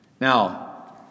Now